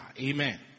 Amen